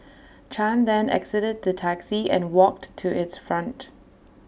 chan then exited the taxi and walked to its front